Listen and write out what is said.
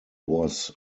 was